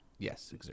Yes